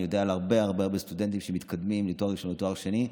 אני יודע על הרבה הרבה סטודנטים שמתקדמים מתואר ראשון לתואר שני,